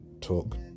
talk